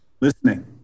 listening